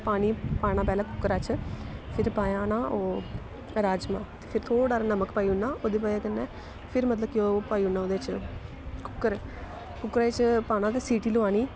पानी पाना पैह्लें कुक्करा च फिर पायना ओह् राजमांह् फिर थोह्ड़ा हारा नमक पाई ओड़ना ओह्दी बजह कन्नै फिर मतलब के पाई ओड़ना ओह्दे च कुक्कर कुक्करै च पाना ते सीटी लोआनी